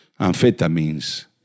amphetamines